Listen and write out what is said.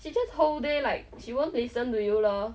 she just whole day like she won't listen to you loh